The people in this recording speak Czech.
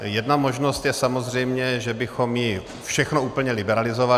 Jedna možnost je samozřejmě, že bychom všechno úplně liberalizovali.